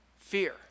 fear